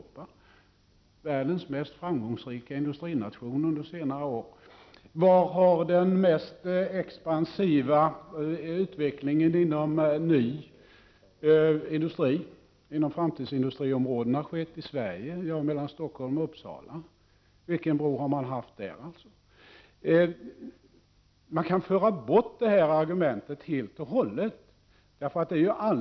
Japan är världens mest framgångsrika industrination under senare år. Var har den mest expansiva utvecklingen inom ny framtidsindustri skett i Sverige? Mellan Stockholm och Uppsala. Vilken bro har man haft där? Man skulle kunna föra bort detta argument helt och hållet.